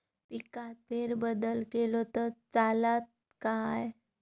पिकात फेरबदल केलो तर चालत काय?